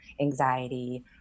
anxiety